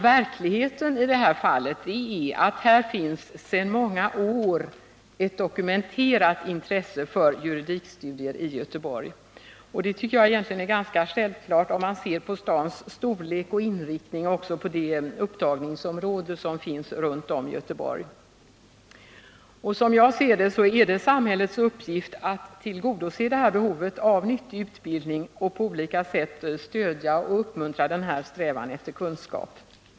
Verkligheten i detta fall är att här finns sedan många år tillbaka ett dokumenterat intresse för juridikstudier i Göteborg, och det tycker jag är ganska självklart med tanke på stadens storlek och inriktning och det upptagningsområde som finns runt om Göteborg. Som jag ser det är det samhällets uppgift att tillgodose det här behovet av nyttig utbildning och på olika sätt stödja och uppmuntra denna strävan efter kunskap.